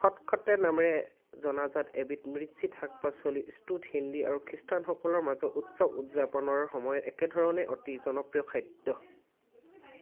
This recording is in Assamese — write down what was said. খট্খটে নামেৰে জনাজাত এবিধ মিশ্ৰিত শাক পাচলিৰ ষ্টু হিন্দু আৰু খ্ৰীষ্টানসকলৰ মাজত উৎসৱ উদযাপনৰ সময়ত একেধৰণেই অতি জনপ্ৰিয় খাদ্য